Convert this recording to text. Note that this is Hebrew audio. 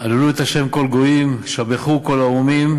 "הללו את ה' כל גוים, שבחוהו כל האומים,